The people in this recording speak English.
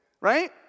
right